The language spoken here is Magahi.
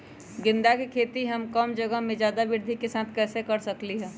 गेंदा के खेती हम कम जगह में ज्यादा वृद्धि के साथ कैसे कर सकली ह?